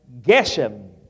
Geshem